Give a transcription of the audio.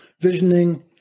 visioning